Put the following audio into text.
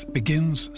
begins